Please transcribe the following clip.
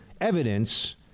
evidence